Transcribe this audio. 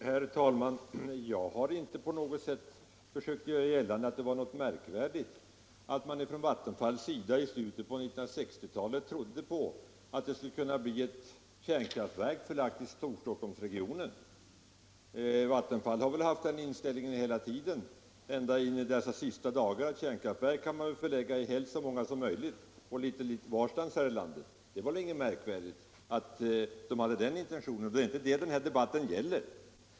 Herr talman! Jag har inte försökt göra gällande att det var något anmärkningsvärt med att man från Vattenfalls sida i slutet av 1960-talet 275 trodde på att man skulle förlägga ett kärnkraftverk till Storstockholmsregionen. Vattenfall har väl ända till dessa sista dagar haft inställningen att kärnkraftverk skall man helst ha så många som möjligt och dem kan man förlägga litet varstans här i landet. Det var då inget märk värdigt att man på Vattenfall hade den intentionen. Det är inte det den här debatten gäller.